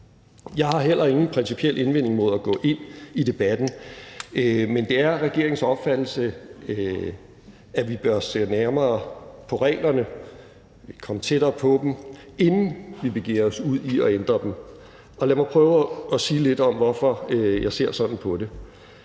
Jeg har heller ingen principiel indvending mod at gå ind i debatten, men det er regeringens opfattelse, at vi bør se nærmere på reglerne, komme tættere på dem, inden vi begiver os ud i at ændre dem, og lad mig prøve at sige lidt om, hvorfor jeg ser sådan på det.